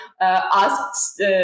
asked